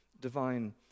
divine